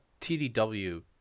TDW